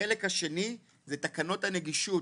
החלק השני זה תקנות הנגישות